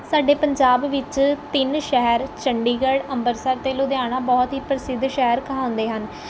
ਸਾਡੇ ਪੰਜਾਬ ਵਿੱਚ ਤਿੰਨ ਸ਼ਹਿਰ ਚੰਡੀਗੜ੍ਹ ਅੰਬਰਸਰ ਅਤੇ ਲੁਧਿਆਣਾ ਬਹੁਤ ਹੀ ਪ੍ਰਸਿੱਧ ਸ਼ਹਿਰ ਕਹਾਉਂਦੇ ਹਨ